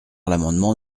l’amendement